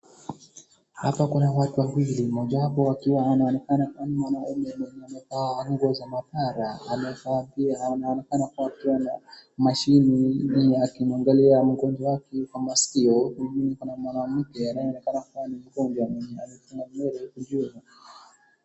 Hapa kuna watu wawili mmoja wapo akiwa anaonekana akiwa ni mwanaume mwenye amevaa nguo za maabara, amevaa pia, na anaonekana akiwa na mashine yenye akimwangalia mgonjwa wake kwa masikio, hivi kuna mwanamke anayeonekana kama ni mgonjwa mwenye amesonga nywele vizuri.